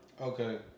Okay